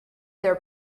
their